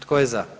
Tko je za?